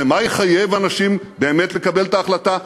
ומה יחייב אנשים באמת לקבל את ההחלטה?